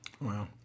wow